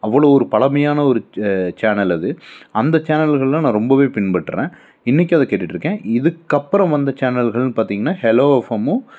அவ்வளோ ஒரு பழமையான ஒரு சேனல் அது அந்த சேனல்கள்லாம் நான் ரொம்பவே பின்பற்றுறேன் இன்றைக்கும் அத கேட்டுகிட்டு இருக்கேன் இதுக்கப்புறம் வந்த சேனல்கள்னு பாத்தீங்கன்னா ஹலோ எஃப்எம்மும்